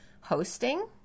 hosting